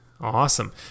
awesome